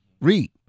Read